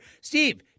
Steve